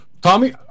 Tommy